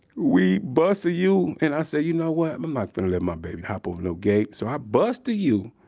we bust a u and i said, you know what, i'm um not gonna let my baby hop over no gate. so i bust bust a u,